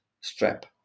strap